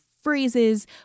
phrases